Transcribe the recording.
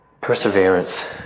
Perseverance